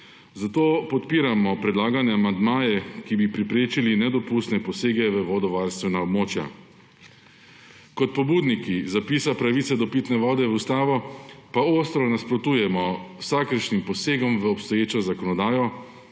Zato podpiramo predlagane amandmaje, ki bi preprečili nedopustne posege v vodovarstvena območja. Kot pobudniki zapisa pravice do pitne vode v ustavo, ostro nasprotujemo vsakršnim posegom v obstoječo zakonodajo,